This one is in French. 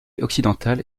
occidentale